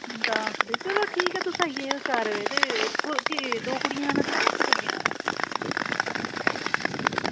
तां ठीक ऐ तुस आई जायो सारे ते दौ कुड़ियें दा दिक्खना जां दौं कुड़ियें दा